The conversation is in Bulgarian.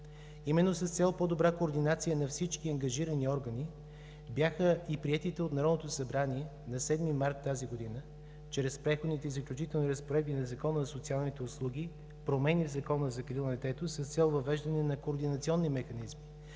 Именно с цел по добрата координация на всички ангажирани органи бяха и приетите от Народното събрание на 7 март тази година чрез Преходните и заключителните разпоредби на Закона за социалните услуги промени в Закона за закрила на детето с цел въвеждане на координационни механизми,